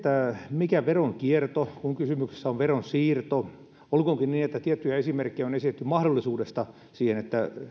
mikä veronkierto on kysymyksessä on veronsiirto olkoonkin niin että tiettyjä esimerkkejä on esitetty mahdollisuudesta siihen että